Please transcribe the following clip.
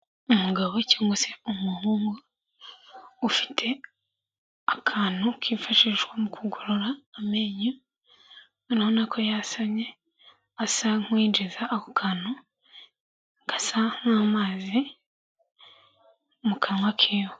Umugabo cyangwa se umuhungu ufite akantu kifashishwa mu kugorora amenyo, urabonako yasamye asa nk'uwinjiza ako kantu gasa nk'amazi mu kanwa kiwe.